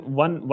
one